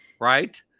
right